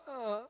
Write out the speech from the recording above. uh